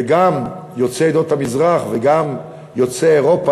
וגם יוצאי עדות המזרח וגם יוצאי אירופה